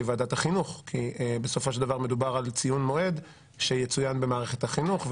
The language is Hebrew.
כי בסופו של דבר מדובר על ציון מועד שיצוין במערכת החינוך,